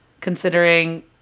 considering